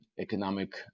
economic